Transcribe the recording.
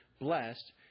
blessed